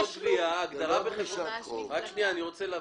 אני רוצה להבין.